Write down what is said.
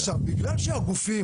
עכשיו, בגלל שהגופים